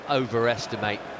overestimate